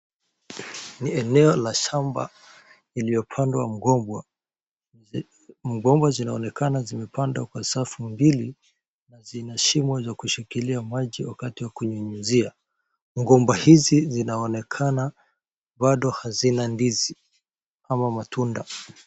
Ni eneo la shamba iliyopandwa mgomba, mgomba zinaonekana zimepandwa kwa safu mbili na zina shimo za kushikilia maji wakati wa kunyunyuzia. Ngomba hizi zinaonekana bado hazina ndizi ama matunda.